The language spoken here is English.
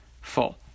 full